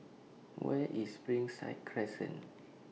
Where IS Springside Crescent